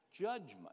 Judgment